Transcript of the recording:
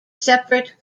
separate